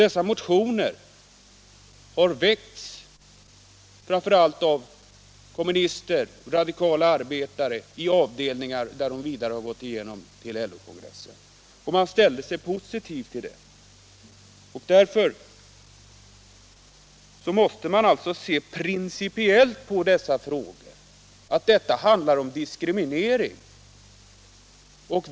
Dessa motioner har väckts framför allt av kommunister och radikala arbetare i avdelningarna och gått igenom till LO-kongressen. LO-kongressen ställde sig positiv till dem. Man måste se principiellt på dessa frågor. Det handlar här om diskriminering.